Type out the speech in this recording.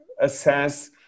assess